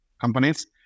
companies